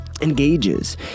Engages